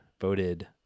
voted